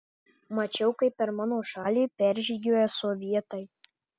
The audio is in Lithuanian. mačiau kaip per mano šalį peržygiuoja sovietai